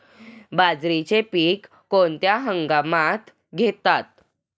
बाजरीचे पीक कोणत्या हंगामात घेतात?